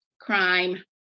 crime